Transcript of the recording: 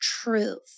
truth